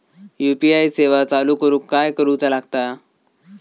UPI सेवा चालू करूक काय करूचा लागता?